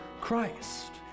Christ